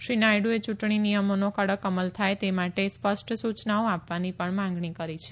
શ્રી નાયડુએ ચૂંટણી નિયમોનો કડક અમલ થાય તે માટે સ્પષ્ટ સૂચનાઓ આપવાની પણ માગણી કરી છે